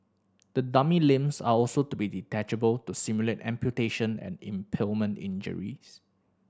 the dummy's limbs are also to be detachable to simulate amputation and impalement injuries